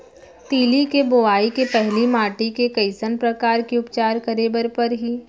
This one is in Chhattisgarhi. तिलि के बोआई के पहिली माटी के कइसन प्रकार के उपचार करे बर परही?